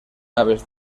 aves